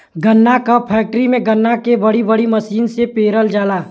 गन्ना क फैक्ट्री में गन्ना के बड़ी बड़ी मसीन से पेरल जाला